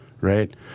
right